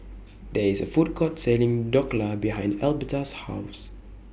There IS A Food Court Selling Dhokla behind Elberta's House